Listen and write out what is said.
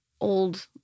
old